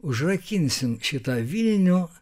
užrakinsime šitą vilnių